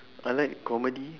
I like comedy